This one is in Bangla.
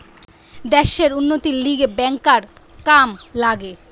দ্যাশের উন্নতির লিগে ব্যাংকার কাম লাগে